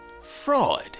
fraud